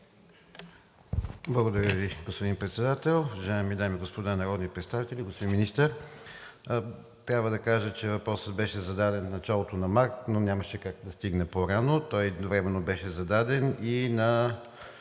Благодаря Ви, господин Председател. Уважаеми дами и господа народни представители! Господин Министър, трябва да кажа, че въпросът беше зададен в началото на март, но нямаше как да стигне по-рано. Той едновременно беше зададен и на